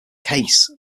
case